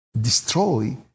destroy